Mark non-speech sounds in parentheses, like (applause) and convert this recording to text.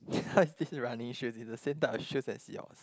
(laughs) how is this running shoes is the same type of shoes as yours